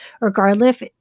regardless